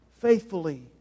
faithfully